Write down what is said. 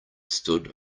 stood